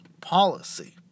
policy